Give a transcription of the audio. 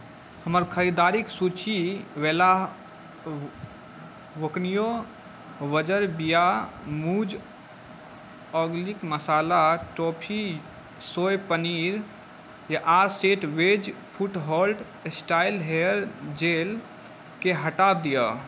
हमर खरीदारिके सूचीसँ वोइला क्विनोआ उज्जर बिआ मूज organic masala tofu soy paneer आओर set wet cool hold styling hair जेलके हटा दिअ